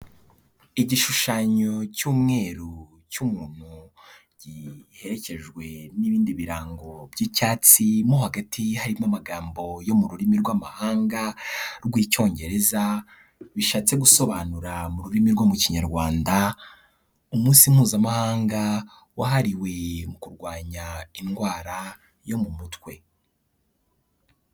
Igishushanyo cy'umweru cy'umuntu giheherekejwe n'ibindi birango by'icyatsi, mo hagati harimo amagambo yo mu rurimi rw'amahanga rw'icyongereza bishatse gusobanura mu rurimi rwo mu kinyarwanda umunsi mpuzamahanga wahariwe mu kurwanya indwara yo mu mutwe.